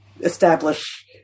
establish